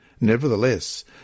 Nevertheless